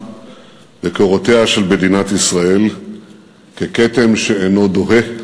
בקורותיה של מדינת ישראל ככתם שאינו דוהה,